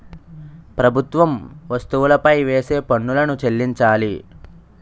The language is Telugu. ప్రభుత్వం వస్తువులపై వేసే పన్నులను చెల్లించాలి